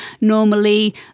Normally